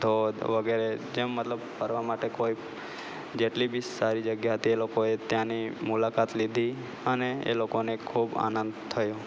ધોધ વગેરે જેમ મતલબ ફરવા માટે કોઈ જેટલી બી સારી જગ્યા હતી એ લોકોએ ત્યાંની મુલાકાત લીધી અને એ લોકોને ખૂબ આનંદ થયો